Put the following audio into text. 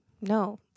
no